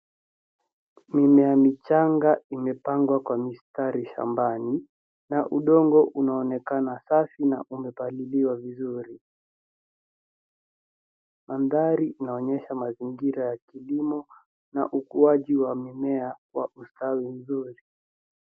Mimea michanga imepangwa kwa mistari shambani. Na udongo unaonekana safi na umepaliliwa vizuri, mandari inaonyesha mazingira ya kilimo na ukuaji wa ustadi mzuri.